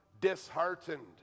disheartened